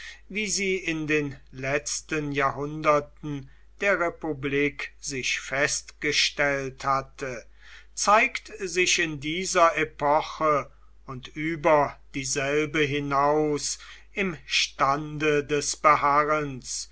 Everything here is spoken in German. wie sie in den letzten jahrhunderten der republik sich festgestellt hatte zeigt sich in dieser epoche und über dieselbe hinaus im stande des beharrens